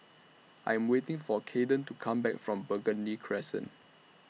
I Am waiting For Cayden to Come Back from Burgundy Crescent